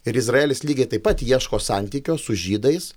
ir izraelis lygiai taip pat ieško santykio su žydais